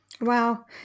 Wow